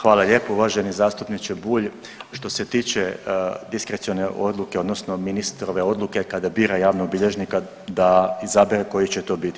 Hvala lijepa uvaženi zastupniče Bulj, što se tiče diskrecione odluke odnosno ministrove odluke kada bira javnog bilježnika da izabere koji će to biti.